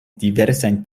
diversajn